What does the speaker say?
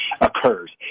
occurs